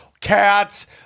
Cats